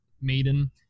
maiden